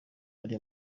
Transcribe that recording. ari